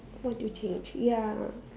what do you ya